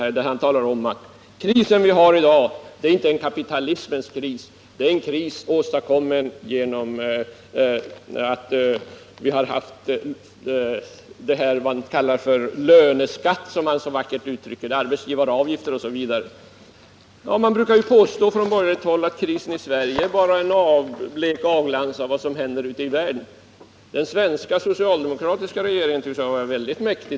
Han sade att den kris som vi i dag har inte är en kapitalismens kris utan en kris åstadkommen av, som man så vackert uttrycker det, löneskatten, dvs. arbetsgivaravgifterna. Man brukar ju från borgerligt håll påstå att krisen i Sverige bara är en blek avglans av vad som händer ute i världen. Den svenska socialdemokratiska regeringen tycks ha varit väldigt mäktig.